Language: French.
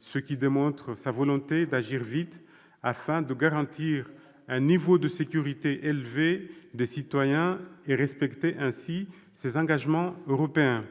ce qui démontre sa volonté d'agir vite afin de garantir un niveau de sécurité élevé des citoyens et de respecter ainsi ses engagements européens.